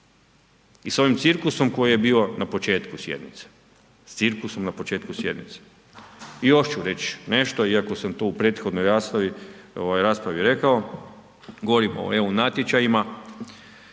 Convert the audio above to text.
i s ovim cirkusom koji je bio na početku sjednice, s cirkusom na početku sjednice. I još ću reći nešto iako sam to u prethodnoj raspravi, raspravi rekao. Govorimo o eu natječajima.